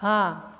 हँ